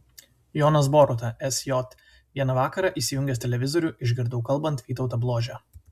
jonas boruta sj vieną vakarą įsijungęs televizorių išgirdau kalbant vytautą bložę